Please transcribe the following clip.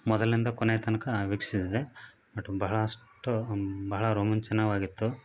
ಮೊದಲಿನಿಂದ ಕೊನೆಯ ತನಕ ವೀಕ್ಷಿಸಿದೆ ಬಟ್ ಬಹಳಷ್ಟು ಬಹಳ ರೋಮಾಂಚನವಾಗಿತ್ತು